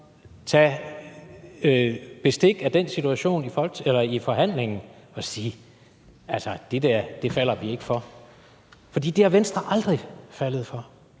så tage bestik af den situation i forhandlingen og sige: Det der falder vi ikke for. For det er Venstre aldrig faldet for.